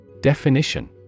Definition